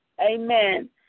amen